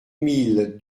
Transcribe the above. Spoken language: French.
mille